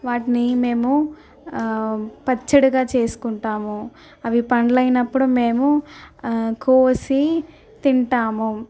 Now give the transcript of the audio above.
వాటిని మేము పచ్చడిగా చేసుకుంటాము అవి పండ్లయినప్పుడు మేము కోసి తింటాము